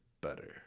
better